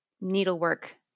needlework